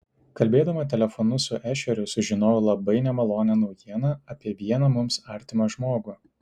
kalbėdama telefonu su ešeriu sužinojau labai nemalonią naujieną apie vieną mums artimą žmogų